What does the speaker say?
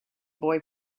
boy